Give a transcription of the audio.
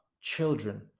children